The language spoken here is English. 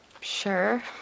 Sure